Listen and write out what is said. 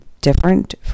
different